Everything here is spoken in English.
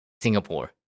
Singapore